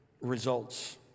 results